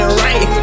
right